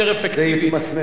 פחות דקלרטיבית.